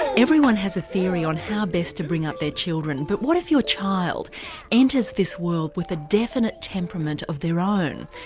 everyone has a theory on how best to bring up their children but what if your child enters this world with a definite temperament of their own?